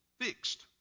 fixed